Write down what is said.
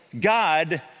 God